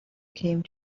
came